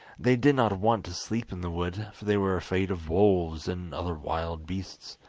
they did not want to sleep in the wood, for they were afraid of wolves and other wild beasts,